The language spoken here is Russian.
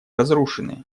разрушены